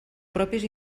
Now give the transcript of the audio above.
propis